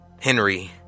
Henry